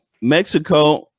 Mexico